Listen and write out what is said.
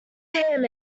damn